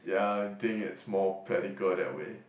ya I think it's more practical that way